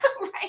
right